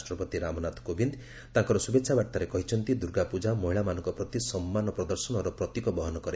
ରାଷ୍ଟ୍ରପତି ରାମନାଥ କୋବିନ୍ଦ ତାଙ୍କର ଶୁଭେଚ୍ଛା ବାର୍ତ୍ତାରେ କହିଚ୍ଚନ୍ତି ଦୁର୍ଗାପୂଜା ମହିଳାମାନଙ୍କ ପ୍ରତି ସମ୍ମାନ ପ୍ରଦର୍ଶନର ପ୍ରତୀକ ବହନ କରେ